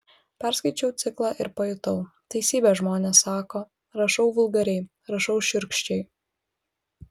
perskaičiau ciklą ir pajutau teisybę žmonės sako rašau vulgariai rašau šiurkščiai